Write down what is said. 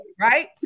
right